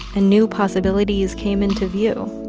and new possibilities came into view